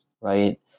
Right